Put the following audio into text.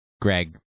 Greg